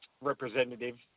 representative